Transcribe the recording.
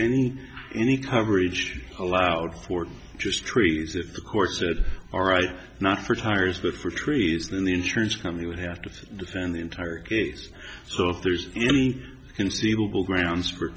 any any coverage allowed for just trees if the court said all right not for tires but for trees then the insurance company would have to defend the entire case so if there's any conceivable grounds for